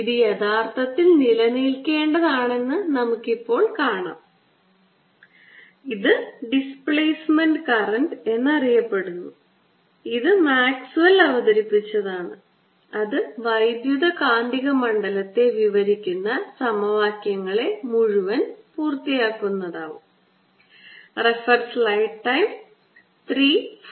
ഇത് യഥാർത്ഥത്തിൽ നിലനിൽക്കേണ്ടതാണെന്ന് നമുക്ക് ഇപ്പോൾ കാണാം ഇത് ഡിസ്പ്ലേമെന്റ് കറന്റ് എന്നറിയപ്പെടുന്നു ഇത് മാക്സ്വെൽ അവതരിപ്പിച്ചതാണ് അത് വൈദ്യുതകാന്തിക മണ്ഡലത്തെ വിവരിക്കുന്ന സമവാക്യങ്ങളെ മുഴുവൻ പൂർത്തിയാക്കും